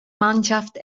mannschaft